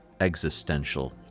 existential